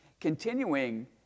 continuing